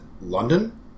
London